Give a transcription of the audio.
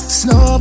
snow